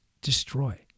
destroy